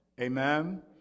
Amen